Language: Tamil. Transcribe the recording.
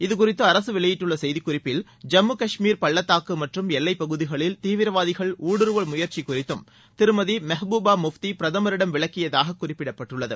இது குறித்து அரசு வெளியிட்டுள்ள செய்திக் குறிப்பில் ஜம்மு காஷ்மீர் பள்ளத்தாக்கு மற்றும் எல்லைப் பகுதிகளில் தீவிரவாதிகள் ஊடுருவல் முயற்சி குறித்தும் திருமதி மெஹ்பூபா முஃப்தி பிரதமரிடம் விளக்கியதாக குறிப்பிடப்பட்டுள்ளது